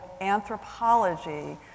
anthropology